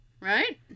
Right